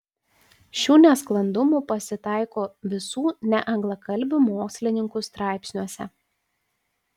šių nesklandumų pasitaiko visų neanglakalbių mokslininkų straipsniuose